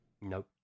Nope